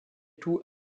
tout